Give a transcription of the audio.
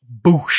boosh